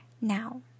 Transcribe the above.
now